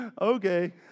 okay